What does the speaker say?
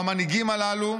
והמנהיגים הללו,